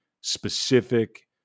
specific